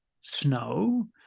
snow